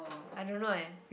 I don't know leh